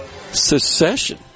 Secession